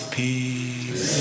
peace